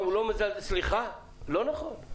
סליחה, לא נכון.